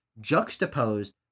juxtaposed